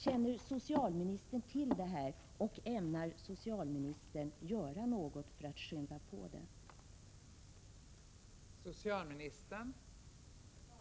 Känner socialministern till detta, och ämnar socialministern göra något för att skynda på utbyggnaden?